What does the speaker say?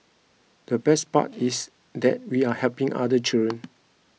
the best part is that we are helping other children